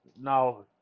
Now